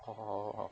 oh